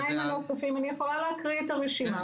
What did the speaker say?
אני יכולה להקריא את הרשימה,